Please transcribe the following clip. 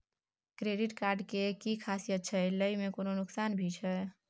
Credit card के कि खासियत छै, लय में कोनो नुकसान भी छै?